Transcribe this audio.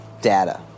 data